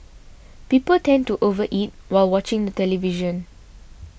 people tend to over eat while watching the television